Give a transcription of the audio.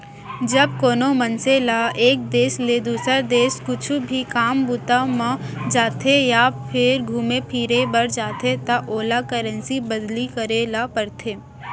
जब कोनो मनसे ल एक देस ले दुसर देस कुछु भी काम बूता म जाथे या फेर घुमे फिरे बर जाथे त ओला करेंसी बदली करे ल परथे